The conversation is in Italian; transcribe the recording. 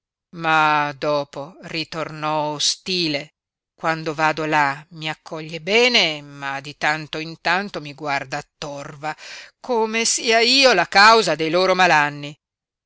ma dopo ritornò ostile quando vado là mi accoglie bene ma di tanto in tanto mi guarda torva come sia io la causa dei loro malanni